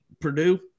Purdue